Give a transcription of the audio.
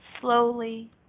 slowly